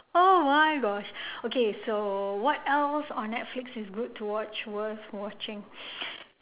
oh my gosh okay so what else on netflix is good to watch worth watching